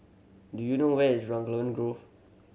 do you know where is Raglan Grove